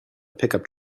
pickup